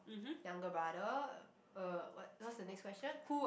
younger brother uh what what's the next question